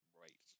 right